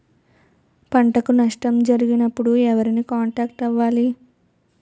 పంటకు నష్టం జరిగినప్పుడు ఎవరిని కాంటాక్ట్ అవ్వాలి?